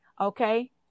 Okay